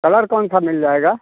colour कौन सा मिल जाएगा